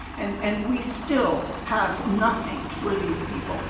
and and we still have nothing for these people.